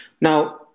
now